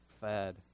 fed